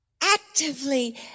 actively